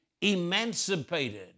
emancipated